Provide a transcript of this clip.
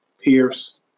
Pierce